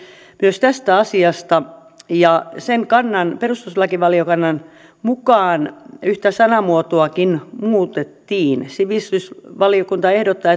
myös tästä asiasta ja perustuslakivaliokunnan kannan mukaan yhtä sanamuotoakin muutettiin sivistysvaliokunta ehdottaa